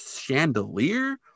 chandelier